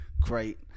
great